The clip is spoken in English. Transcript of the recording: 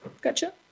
gotcha